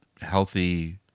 healthy